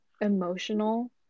emotional